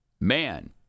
man